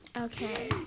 Okay